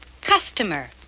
Customer